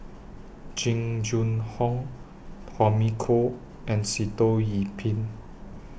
Jing Jun Hong Tommy Koh and Sitoh Yih Pin